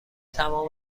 تمام